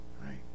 Right